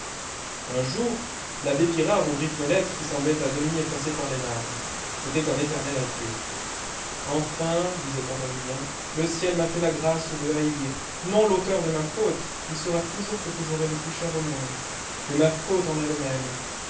un jour l'abbé pirard ouvrit une lettre qui semblait à demi effacée par les larmes c'était un éternel adieu enfin disait-on à julien le ciel m'a fait la grâce de haïr non l'auteur de ma faute il sera toujours ce que j'aurai de plus cher au monde mais ma faute en elle-même